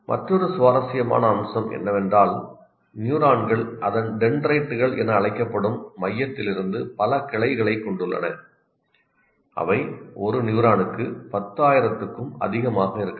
மற்றொரு சுவாரஸ்யமான அம்சம் என்னவென்றால் நியூரான்கள் அதன் டென்ட்ரைட்டுகள் என அழைக்கப்படும் மையத்திலிருந்து பல கிளைகளைக் கொண்டுள்ளன அவை ஒரு நியூரானுக்கு 10000 க்கும் அதிகமாக இருக்கலாம்